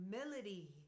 humility